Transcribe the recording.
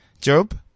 Job